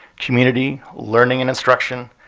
community, learning and instruction,